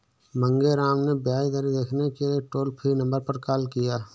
मांगेराम ने ब्याज दरें देखने के लिए टोल फ्री नंबर पर कॉल किया